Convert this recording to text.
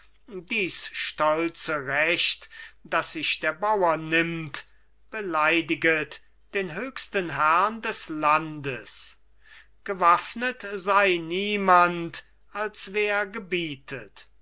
dies stolze recht das sich der bauer nimmt beleidigt den höchsten herrn des landes gewaffnet sei niemand als wer gebietet